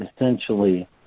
Essentially